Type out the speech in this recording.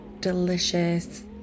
delicious